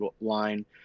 line